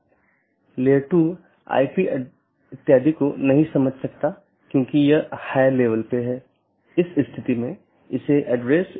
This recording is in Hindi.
इसलिए समय समय पर जीवित संदेश भेजे जाते हैं ताकि अन्य सत्रों की स्थिति की निगरानी कर सके